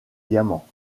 diamants